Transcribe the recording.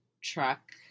truck